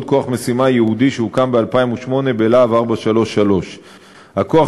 כוח משימה ייעודי שהוקם ב-2008 ב"להב 433". הכוח